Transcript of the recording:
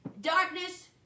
darkness